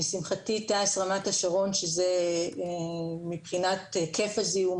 לשמחתי תע"ש רמת השרון שזה מבחינת היקף הזיהום,